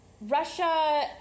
Russia